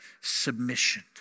submission